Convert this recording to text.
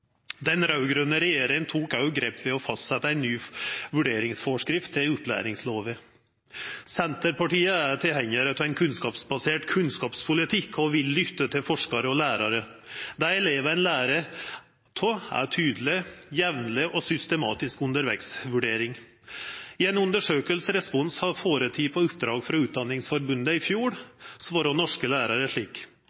Den rød-grønne regjeringen tok også grep ved å fastsatte en ny vurderingsforskrift til opplæringsloven. Senterpartiet er tilhenger av en kunnskapsbasert kunnskapspolitikk og vil lytte til forskere og lærere. Det elevene lærer av, er tydelig, jevnlig og systematisk underveisvurdering. I en undersøkelse Respons har foretatt på oppdrag fra Utdanningsforbundet i fjor,